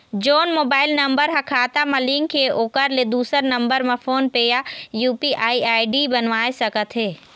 जोन mobile number हा खाता मा लिन्क हे ओकर ले दुसर नंबर मा फोन पे या यू.पी.आई आई.डी बनवाए सका थे?